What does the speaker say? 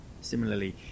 Similarly